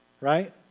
Right